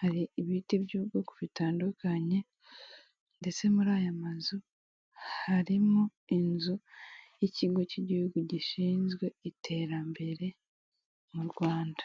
hari ibiti by'ubwoko bitandukanye ndetse muri aya mazu, harimo inzu y'ikigo cy'igihugu gishinzwe iterambere mu Rwanda.